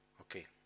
okay